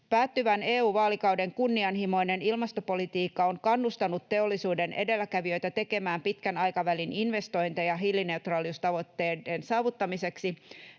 ”Päättyvän EU-vaalikauden kunnianhimoinen ilmastopolitiikka on kannustanut teollisuuden edelläkävijöitä tekemään pitkän aikavälin investointeja hiilineutraalisuustavoitteiden saavuttamiseksi.